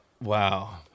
Wow